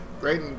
Great